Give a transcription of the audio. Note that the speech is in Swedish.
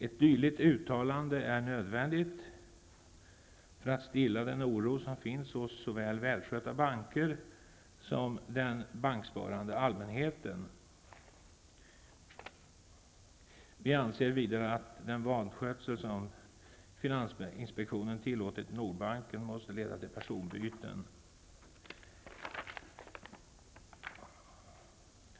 Ett dylikt uttalande är nödvändigt för att stilla den oro som finns hos såväl välskötta banker som den banksparande allmänheten. Vi anser vidare att den vanskötsel som finansinspektionen tillåtit i Nordbanken måste leda till personbyten.